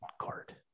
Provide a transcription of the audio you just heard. card